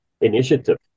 initiative